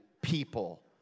people